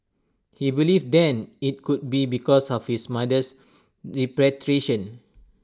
he believed then IT could be because of his mother's repatriation